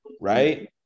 Right